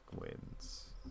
wins